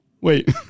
Wait